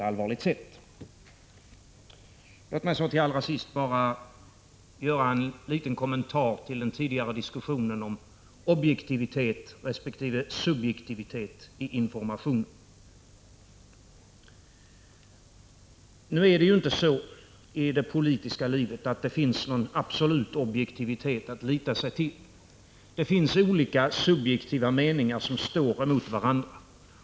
Allra sist vill jag göra en kort kommentar till den tidigare diskussionen om objektivitet resp. subjektivitet i informationen. I det politiska livet finns det inte någon absolut objektivitet att lita till, utan olika subjektiva meningar står emot varandra.